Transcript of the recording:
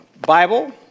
Bible